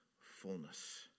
fullness